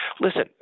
listen